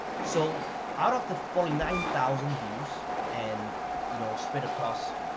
so out of the forty nine thousand views and you know spread across